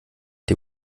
die